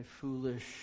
foolish